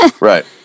Right